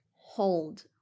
hold